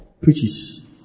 preaches